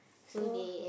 so